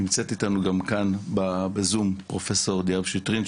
נמצאת איתנו גם כאן בזום פרופסור דיאב-ציטרין,